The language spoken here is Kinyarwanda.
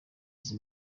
izi